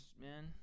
man